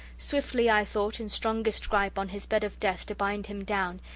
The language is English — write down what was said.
swiftly, i thought, in strongest gripe on his bed of death to bind him down,